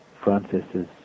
Francis's